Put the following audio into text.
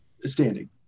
Standing